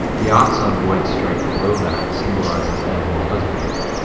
the ox on the white stripe below that symbolizes animal husbandry.